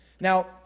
Now